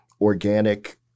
organic